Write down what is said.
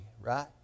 right